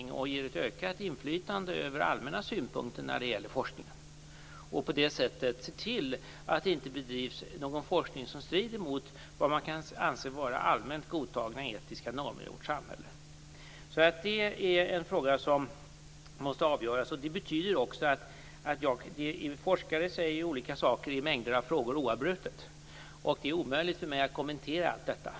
Jag kan också tänka mig att den ges ett ökat inflytande i fråga om allmänna synpunkter när det gäller forskningen och att man på så sätt ser till att det inte bedrivs någon forskning som strider mot vad man kan anse vara allmänt godtagna etiska normer i vårt samhälle. Detta är alltså en fråga som måste avgöras. Forskare säger ju oavbrutet olika saker i mängder av frågor. Det är omöjligt för mig att kommentera detta.